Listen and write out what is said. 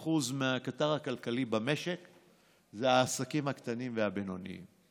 שכ-80% מהקטר הכלכלי במשק זה העסקים הקטנים והבינוניים.